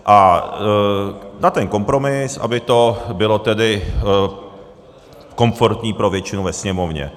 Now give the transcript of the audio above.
A na ten kompromis, aby to bylo tedy komfortní pro většinu ve Sněmovně.